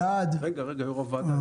רגע, רגע, יו"ר הוועדה.